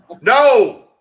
no